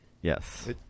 Yes